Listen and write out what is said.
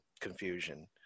confusion